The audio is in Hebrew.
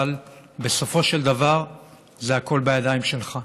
אבל בסופו של דבר זה הכול בידיים שלך.